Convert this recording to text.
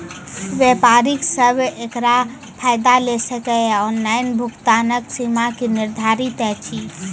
व्यापारी सब एकरऽ फायदा ले सकै ये? ऑनलाइन भुगतानक सीमा की निर्धारित ऐछि?